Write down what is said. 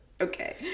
Okay